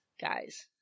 guys